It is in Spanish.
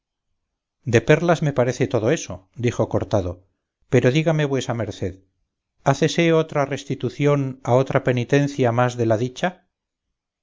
de perlas me parece todo eso dijo cortado pero dígame vuesa merced hácese otra restitución o otra penitencia más de la dicha